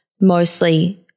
mostly